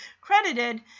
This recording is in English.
credited